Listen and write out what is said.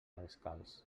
descalç